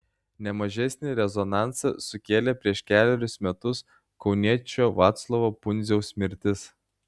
ne mažesnį rezonansą sukėlė prieš kelerius metus kauniečio vaclovo pundziaus mirtis